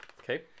Okay